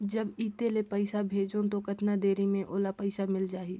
जब इत्ते ले पइसा भेजवं तो कतना देरी मे ओला पइसा मिल जाही?